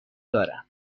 دارم